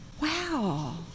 Wow